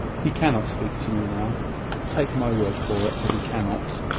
he cannot speak to you now take my word for it that he cannot.